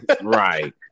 Right